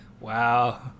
wow